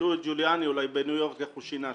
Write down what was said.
אולי תשאלו את ג'וליאני בניו-יורק איך הוא שינה שם.